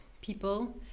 people